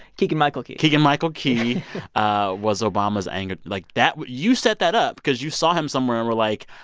keegan-michael key keegan-michael key ah was obama's anger like, that you set that up because you saw him somewhere and were like,